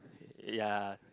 ya